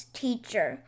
teacher